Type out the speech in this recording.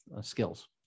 skills